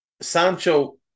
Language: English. Sancho